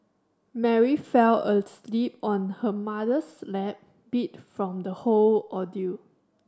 Mary fell asleep on her mother's lap beat from the whole ordeal